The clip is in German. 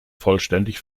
vollständig